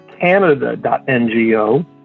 canada.ngo